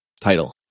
title